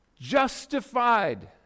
justified